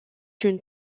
une